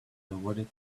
avoided